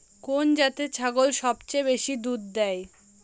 কোন জাতের ছাগল সবচেয়ে বেশি দুধ দেয়?